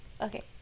Okay